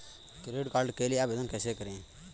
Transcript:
Credit card के लिए आवेदन कैसे करें?